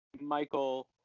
Michael